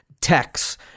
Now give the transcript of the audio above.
techs